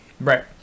Right